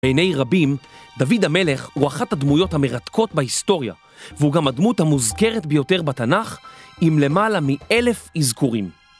בעיני רבים, דוד המלך הוא אחת הדמויות המרתקות בהיסטוריה, והוא גם הדמות המוזכרת ביותר בתנ״ך, עם למעלה מאלף אזכורים.